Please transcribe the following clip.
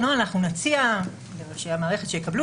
במסגרת הנוהל נציע לראשי המערכת שיקבלו